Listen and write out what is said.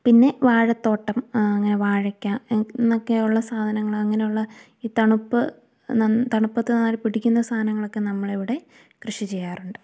പിന്നെ വാഴത്തോട്ടം അങ്ങനെ വാഴയ്ക്ക എന്നൊക്കയുള്ള സാധനങ്ങള് അങ്ങനെ ഉള്ള ഈ തണുപ്പ് നൻ തണുപ്പത്ത് നന്നായിട്ട് പിടിക്കുന്ന സാനങ്ങളൊക്കെ നമ്മളിവിടെ കൃഷി ചെയ്യാറുണ്ട്